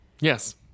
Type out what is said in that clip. yes